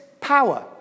power